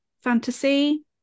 fantasy